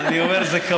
ועוד